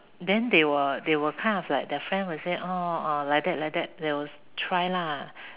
then they will they will kind of like the friend will say like that like they will try lah